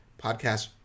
podcast